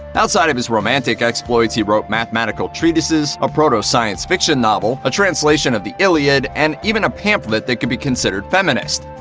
outside of his romantic exploits, he wrote mathematical treatises, a proto-science fiction novel, a translation of the iliad, and even a pamphlet that could be considered feminist.